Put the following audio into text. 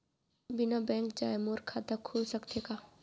बिना बैंक जाए मोर खाता खुल सकथे का?